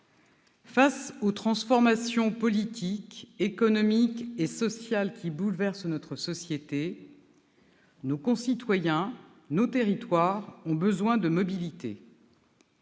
Face aux transformations politiques, économiques et sociales qui bouleversent notre société, nos concitoyens, nos territoires ont besoin de mobilité.